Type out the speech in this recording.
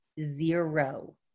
zero